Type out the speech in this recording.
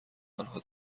آنها